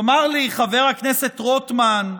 יאמר לי חבר הכנסת רוטמן,